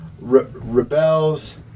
rebels